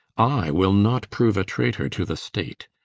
i will not prove a traitor to the state.